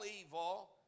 evil